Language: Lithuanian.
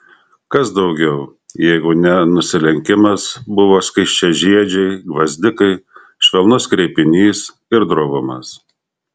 kas daugiau jeigu ne nusilenkimas buvo skaisčiažiedžiai gvazdikai švelnus kreipinys ir drovumas